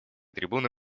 трибуны